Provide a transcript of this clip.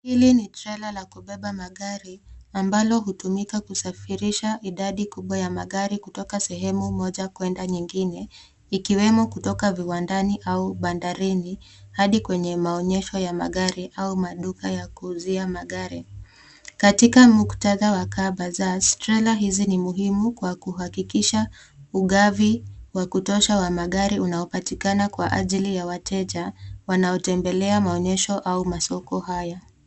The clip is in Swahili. Hili ni trela la kubeba magari ambalo hutumika kusafirisha idadi kubwa ya magari kutoka sehemu moja kuenda nyingine ikiwemo kutoka viwandani au bandarini hadi kwenye meonyesho ya magari au maduka ya kuuzia magari. Katika muktadha wa car basaars trela hizi ni muhimu kwa kuhakikisha ugavi wa kutosha wa magari unaopatikana kwa ajili ya wateja wanaotembelea maonyesho au masoko haya.